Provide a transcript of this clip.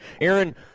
Aaron